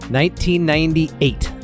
1998